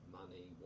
money